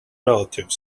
relative